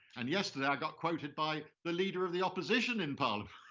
and yesterday, i got quoted by the leader of the opposition in parliament